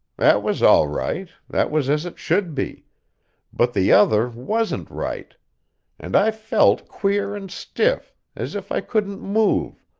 that was all right, that was as it should be but the other wasn't right and i felt queer and stiff, as if i couldn't move,